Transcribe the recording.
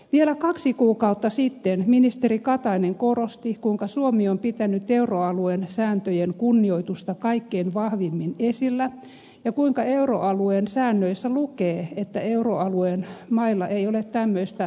vielä kaksi kuukautta sitten ministeri katainen korosti kuinka suomi on pitänyt euroalueen sääntöjen kunnioitusta kaikkein vahvimmin esillä ja kuinka euroalueen säännöissä lukee että euroalueen mailla ei ole tämmöistä pelastusmahdollisuutta